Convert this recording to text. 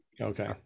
Okay